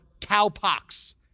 cowpox